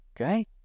Okay